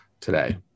today